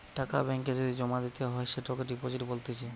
টাকা ব্যাঙ্ক এ যদি জমা দিতে হয় সেটোকে ডিপোজিট বলতিছে